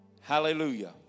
Hallelujah